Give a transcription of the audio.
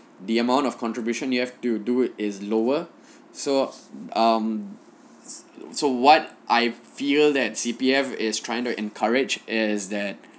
the amount of contribution you have to do is lower so um so what I feel that C_P_F is trying to encourage is that